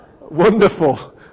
Wonderful